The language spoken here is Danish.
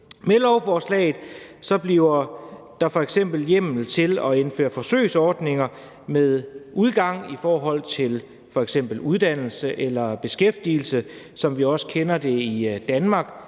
Med lovforslaget bliver der f.eks. hjemmel til at indføre forsøgsordninger om udgang til deltagelse i f.eks. uddannelse eller beskæftigelse, som vi jo også kender det i Danmark.